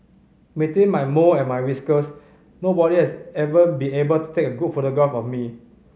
between my mole and my whiskers nobody has ever be able to take a good photograph of me